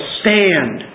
stand